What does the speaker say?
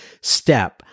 step